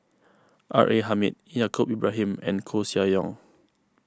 R A Hamid Yaacob Ibrahim and Koeh Sia Yong